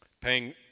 Paying